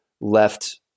left